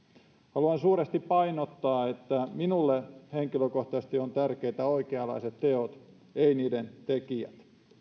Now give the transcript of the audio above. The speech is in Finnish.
haluan suuresti painottaa että minulle henkilökohtaisesti ovat tärkeitä oikeanlaiset teot eivät niiden tekijät